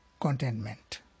contentment